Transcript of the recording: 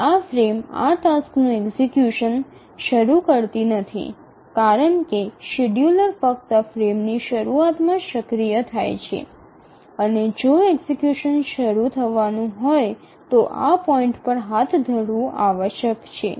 આ ફ્રેમ આ ટાસ્કનું એક્ઝિકયુશન શરૂ કરી શકતી નથી કારણ કે શેડ્યૂલર ફક્ત ફ્રેમની શરૂઆતમાં જ સક્રિય થાય છે અને જો એક્ઝેક્યુશન શરૂ થવાનું હોય તો આ પોઈન્ટ પર હાથ ધરવું આવશ્યક છે